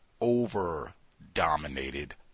over-dominated